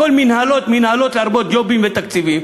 הכול מינהלות, מינהלות, להרבות ג'ובים ותקציבים.